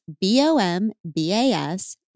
B-O-M-B-A-S